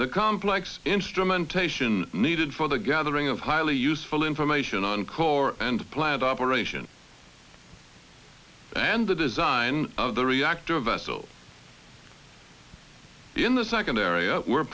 the complex instrumentation needed for the gathering of highly useful information and core and planned operation and the design of the reactor vessel in the second ar